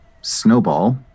snowball